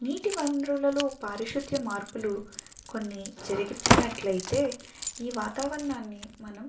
నీటివనరులలో పారిశుద్యం మార్పులు కొన్ని జరిగినట్లైతే ఈ వాతావరణాన్ని మనం